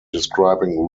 describing